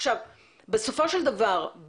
בסופו של דבר,